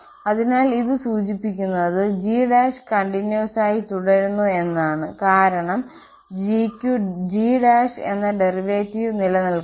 അതിനാൽ ഇത് സൂചിപ്പിക്കുന്നത് g കണ്ടിന്വസ് ആയി തുടരുന്നു എന്നാണ് കാരണം g ക്കു g എന്ന ഡെറിവേറ്റീവ് നിലനിൽക്കുന്നു